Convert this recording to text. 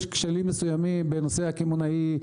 יש כשלים מסוימים בנושא הקמעונאי,